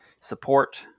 support